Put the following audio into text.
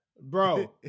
bro